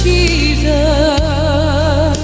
Jesus